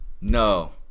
No